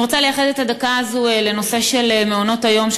אני רוצה לייחד את הדקה הזאת לנושא של מעונות היום,